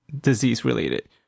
disease-related